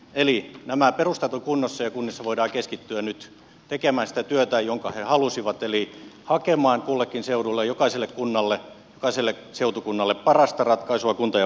eli perustat ovat kunnossa ja kunnissa voidaan keskittyä nyt tekemään sitä työtä jonka ne halusivat eli hakemaan kullekin seudulle jokaiselle kunnalle jokaiselle seutukunnalle parasta ratkaisua kunta ja palvelurakenteeksi